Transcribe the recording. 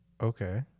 Okay